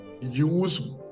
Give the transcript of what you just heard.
use